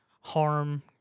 harm